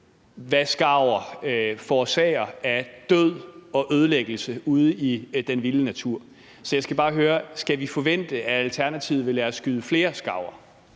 hvad skarver forårsager af død og ødelæggelse ude i den vilde natur. Så jeg skal bare høre: Skal vi forvente, at Alternativet vil lade os skyde flere skarver?